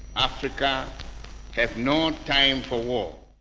africa has no time for war.